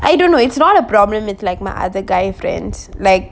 I don't know it's not a problem with like my other guy friends like